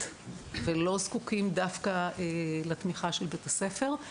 ולא זקוקים דווקא לתמיכה של בית-הספר.